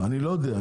אני לא יודע,